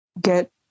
get